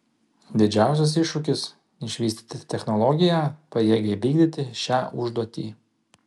didžiausias iššūkis išvystyti technologiją pajėgią įvykdyti šią užduotį